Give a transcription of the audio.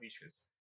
issues